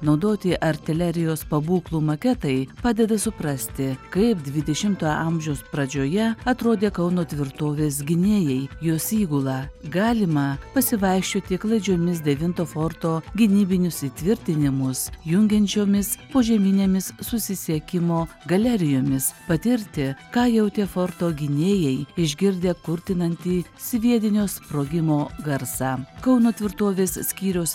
naudoti artilerijos pabūklų maketai padeda suprasti kaip dvidešimtojo amžiaus pradžioje atrodė kauno tvirtovės gynėjai jos įgula galima pasivaikščioti klaidžiomis devinto forto gynybinius įtvirtinimus jungiančiomis požeminėmis susisiekimo galerijomis patirti ką jautė forto gynėjai išgirdę kurtinantį sviedinio sprogimo garsą kauno tvirtovės skyriaus